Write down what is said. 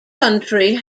country